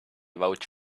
vouch